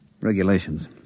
Regulations